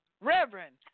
Reverend